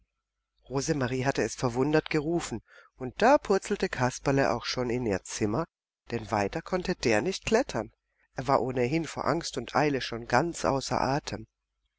rosemarie hatte es verwundert gerufen und da purzelte kasperle auch schon in ihr zimmer denn weiter konnte der nicht klettern er war ohnehin vor angst und eile schon ganz außer atem